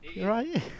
right